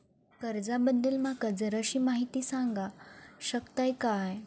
कर्जा बद्दल माका जराशी माहिती सांगा शकता काय?